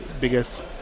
biggest